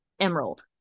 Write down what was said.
Emerald